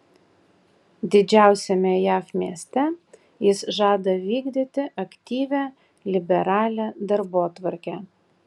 didžiausiame jav mieste jis žada vykdyti aktyvią liberalią darbotvarkę